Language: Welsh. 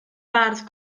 bardd